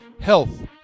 Health